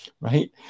right